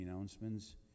announcements